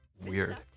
weird